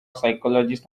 psychologists